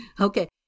Okay